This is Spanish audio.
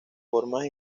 formas